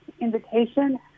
invitation